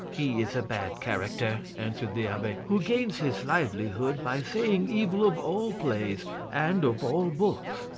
he is a bad character, answered the abbe, who gains his livelihood by saying evil of all plays and of all books.